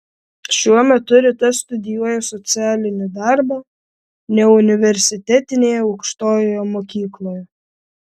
šiuo metu rita studijuoja socialinį darbą neuniversitetinėje aukštojoje mokykloje